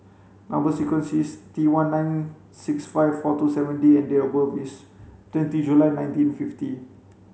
number sequence is T one nine six five four two seven D and date of birth is twenty July nineteen fifty